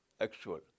actual